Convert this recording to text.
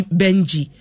benji